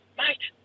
mate